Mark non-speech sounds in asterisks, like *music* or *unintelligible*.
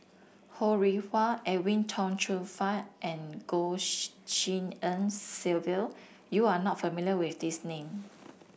Ho Rih Hwa Edwin Tong Chun Fai and Goh *unintelligible* Tshin En Sylvia you are not familiar with these name